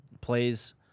plays